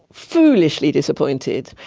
foolishly disappointed,